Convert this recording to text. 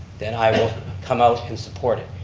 then i will come out and support it.